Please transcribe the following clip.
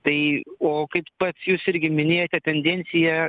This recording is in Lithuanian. tai o kaip pats jūs irgi minėjote tendencija